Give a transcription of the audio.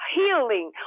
healing